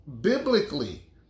biblically